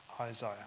Isaiah